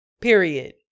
Period